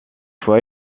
fois